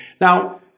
Now